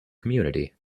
community